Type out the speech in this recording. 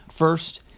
First